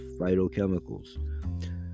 phytochemicals